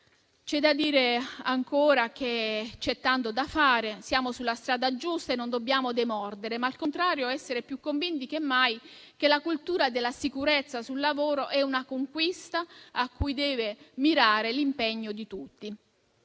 C'è da dire che c'è ancora tanto da fare. Siamo sulla strada giusta e non dobbiamo demordere, ma, al contrario, essere più convinti che mai che la cultura della sicurezza sul lavoro è una conquista a cui deve mirare l'impegno di tutti.